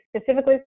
specifically